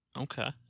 Okay